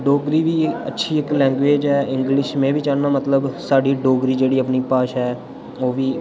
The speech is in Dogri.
डोगरी बी अच्छी इक लैंग्वेज़ ऐ इंग्लिश में बी चाहन्ना मतलब साढ़ी डोगरी जेह्ड़ी ऐ अपनी इक भाशा ऐ ओह् बी